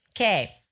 Okay